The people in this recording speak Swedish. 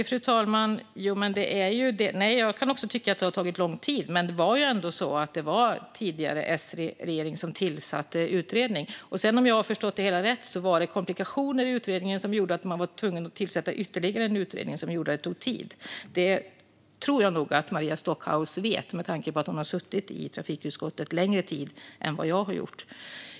Fru talman! Jag kan också tycka att det har tagit lång tid, men det var ändå S-regeringen som tillsatte utredningen. Om jag förstått det hela rätt var det sedan komplikationer i utredningen som gjorde att man var tvungen att tillsätta ytterligare en utredning, vilket gjorde att det tog tid. Det tror jag nog att Maria Stockhaus vet, med tanke på att hon har suttit i trafikutskottet längre tid än vad jag har gjort.